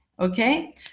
Okay